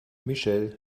michelle